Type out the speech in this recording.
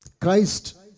Christ